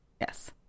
Yes